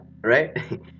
Right